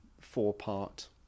four-part